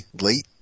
late